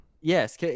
Yes